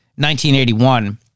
1981